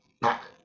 back